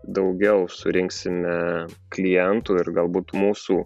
daugiau surinksime klientų ir galbūt mūsų